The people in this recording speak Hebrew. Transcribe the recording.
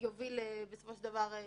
מצד אחר יש את כל המינוח של חופש הבחירה,